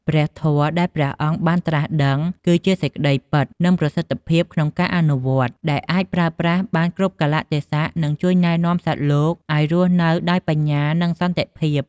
ព្រះធម៌ដែលព្រះអង្គបានត្រាស់ដឹង គឺជាសេចក្ដីពិត និងប្រសិទ្ធភាពក្នុងការអនុវត្ត ដែលអាចប្រើប្រាស់បានគ្រប់កាលៈទេសៈ និងជួយណែនាំសត្វលោកឲ្យរស់ដោយបញ្ញា និងសន្តិភាព។